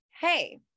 hey